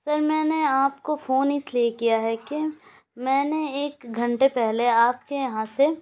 سر میں نے آپ کو فون اس لیے کیا ہے کہ میں نے ایک گھنٹے پہلے آپ کے یہاں سے